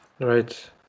Right